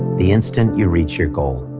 the instant you reach your goal,